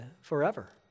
forever